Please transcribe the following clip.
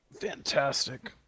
Fantastic